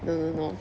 no no no